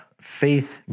faith